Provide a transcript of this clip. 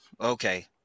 Okay